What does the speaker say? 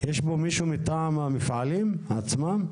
יש פה מישהו מטעם המפעלים עצמם?